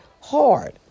Hard